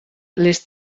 les